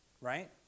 Right